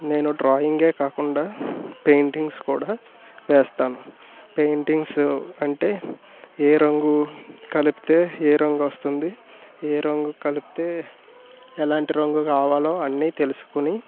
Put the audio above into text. నేను డ్రాయింగ్యే కాకుండా పెయింటింగ్స్ కూడా వేస్తాను పెయింటింగ్స్ అంటే ఏ రంగు కలిపితే ఏ రంగు వస్తుంది ఏ రంగు కలిపితే ఎలాంటి రంగు కావాలో అన్నీ తెలుసుకుని